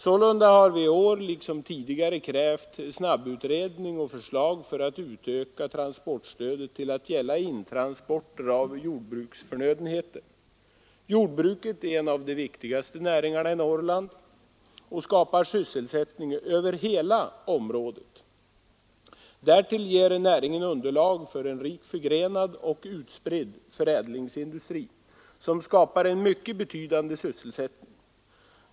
Sålunda har vi i år liksom tidigare krävt snabbutredning och förslag för att utöka transportstödet till att gälla intransporter av jordbruksförnödenheter. Jordbruket är en av de viktigaste näringarna i Norrland och skapar sysselsättning över hela området. Därtill ger näringen underlag för en rikt förgrenad och utspridd förädlingsindustri, som skapar en mycket betydande sysselsättning.